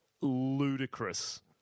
ludicrous